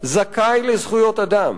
זכאי לזכויות אדם.